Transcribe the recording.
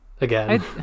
Again